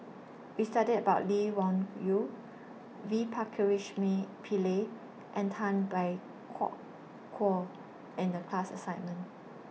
We studied about Lee Wung Yew V Pakirisamy Pillai and Tay Bak Koi in The class assignment